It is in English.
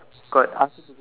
got ask her to go